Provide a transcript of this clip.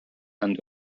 and